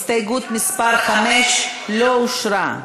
הסתייגות מס' 5 לא אושרה.